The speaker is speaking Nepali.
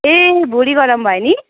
ए भुँडी गरम भयो नि